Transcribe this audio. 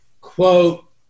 quote